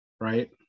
right